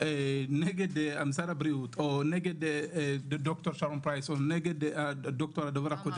נגד משרד הבריאות או נגד ד"ר שרון פרייס או נגד הדובר הקודם,